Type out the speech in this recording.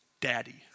daddy